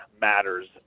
matters